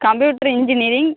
computer engineering